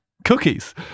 cookies